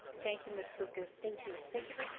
thank you, ms. lucas. thank you. thank you for